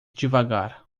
devagar